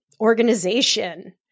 organization